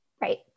right